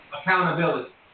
accountability